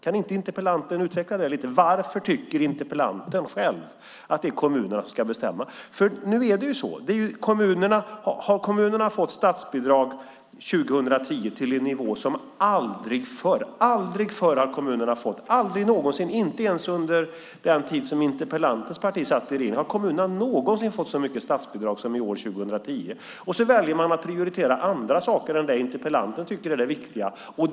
Kan inte interpellanten utveckla detta lite? Varför tycker interpellanten själv att det är kommunerna som ska bestämma? Nu är det så. Kommunerna har fått statsbidrag för år 2010 till en nivå som aldrig förr. Aldrig någonsin förr, inte ens under den tid som interpellantens parti satt i regeringen, har kommunerna fått så mycket statsbidrag som i år, 2010. Sedan väljer man att prioritera andra saker än det interpellanten tycker är viktigt.